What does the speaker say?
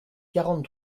quarante